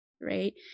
right